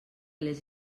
les